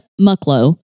Mucklow